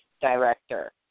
director